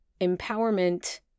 empowerment